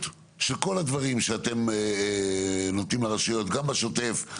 של כל הדברים שאתם נותנים לרשויות גם בשוטף.